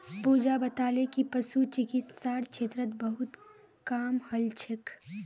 पूजा बताले कि पशु चिकित्सार क्षेत्रत बहुत काम हल छेक